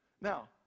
Now